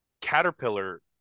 caterpillar